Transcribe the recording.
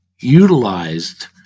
utilized